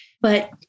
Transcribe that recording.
But-